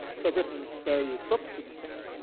so i've written various books and things.